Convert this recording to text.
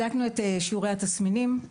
בדקנו את שיעורי התסמינים,